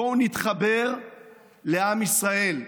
בואו נתחבר לעם ישראל.